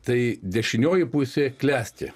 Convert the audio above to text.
tai dešinioji pusė klesti